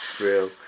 real